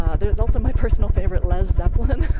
um there is also my personal favorite, lez zeppelin.